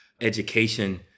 education